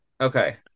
Okay